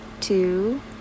two